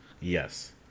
Yes